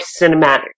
cinematic